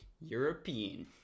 European